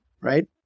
right